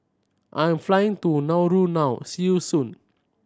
I'm flying to Nauru now see you soon